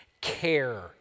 Care